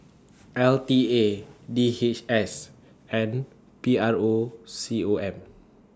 L T A D H S and P R O C O M